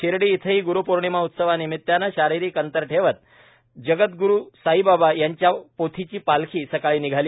शिर्डी इथंही ग्रूपौर्णिमा उत्सवानिमित्तानं शारिरीक अंतर ठेवत जगदग्रु साईबाबा यांच्या पोथीची पालखी सकाळी निघाली